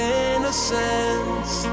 innocence